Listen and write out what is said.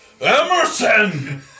Emerson